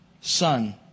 Son